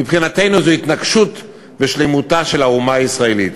מבחינתנו זו התנגשות בשלמותה של האומה הישראלית.